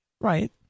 Right